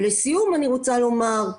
ולסיום, אני רוצה לומר,